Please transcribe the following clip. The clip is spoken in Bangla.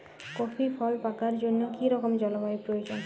কফি ফল পাকার জন্য কী রকম জলবায়ু প্রয়োজন?